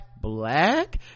black